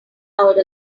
out